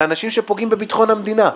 לאנשים שפוגעים בביטחון המדינה.